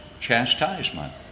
chastisement